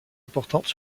importantes